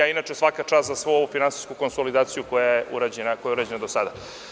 Inače, svaka čast za svu ovu finansijsku konsolidaciju koja je urađena do sada.